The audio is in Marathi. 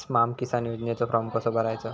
स्माम किसान योजनेचो फॉर्म कसो भरायचो?